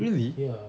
really